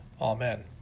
Amen